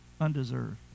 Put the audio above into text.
undeserved